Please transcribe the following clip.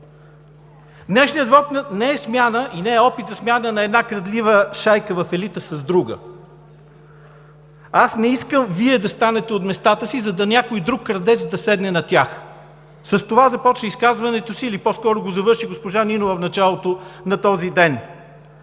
Днешният вот не е смяна и не е опит за смяна на една крадлива шайка в елита с друга. Аз не искам Вие да станете от местата си, та някой друг крадец да седне на тях. С това започна или по-скоро завърши изказването си госпожа Нинова в началото на този ден.